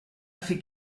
fait